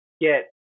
get